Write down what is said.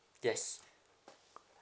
yes